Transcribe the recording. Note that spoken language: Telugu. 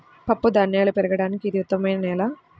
పప్పుధాన్యాలు పెరగడానికి ఇది ఉత్తమమైన నేల